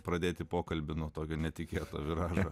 pradėti pokalbį nuo tokio netikėto viražo